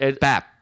BAP